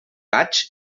gaig